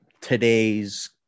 today's